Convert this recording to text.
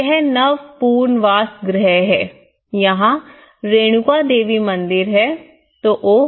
यह नव पुनर्वास गृह है यहां रेणुका देवी मंदिर है तो ओह